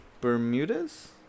Bermuda's